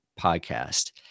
podcast